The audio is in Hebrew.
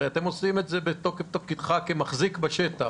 אתם הרי עושים את זה בתוקף תפקידך כמחזיק בשטח.